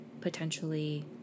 potentially